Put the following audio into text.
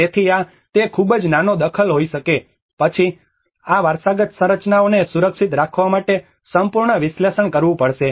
તેથી આ તે ખૂબ જ નાનો દખલ હોઈ શકે પરંતુ પછી આ વારસાગત સંરચનાઓને સુરક્ષિત રાખવા માટે સંપૂર્ણ વિશ્લેષણ કરવું પડશે